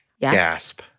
Gasp